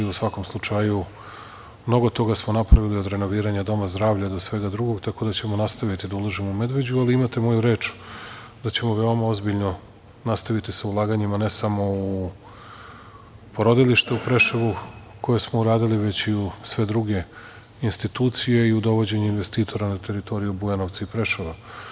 U svakom slučaju mnogo toga smo napravili od renoviranja doma zdravlja do svega drugog, tako da ćemo nastaviti da ulažemo u Medveđu, ali imate moju reč da ćemo veoma ozbiljno nastaviti sa ulaganjima ne samo u porodilište u Preševu, koje smo uradili, već i u sve druge institucije i u dovođenje investitora na teritoriju Bujanovca i Preševa.